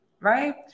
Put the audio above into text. Right